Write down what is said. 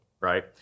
right